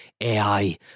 AI